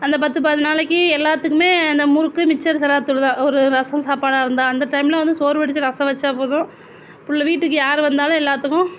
அந்த பத்து பதினஞ்சு நாளைக்கு எல்லாத்துக்குமே அந்த முறுக்கு மிச்சர் சிராத்தூளு தான் ஒரு ரசம் சாப்பாடாக இருந்தா அந்த டைமில் வந்து சோறு வடிச்சு ரசம் வச்சா போதும் பிள்ள வீட்டுக்கு யார் வந்தாலும் எல்லாத்துக்கும்